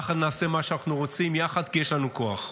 יחד נעשה מה שאנחנו רוצים, יחד כי יש לנו כוח.